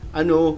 ano